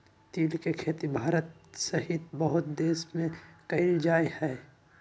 तिल के खेती भारत सहित बहुत से देश में कइल जाहई